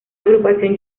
agrupación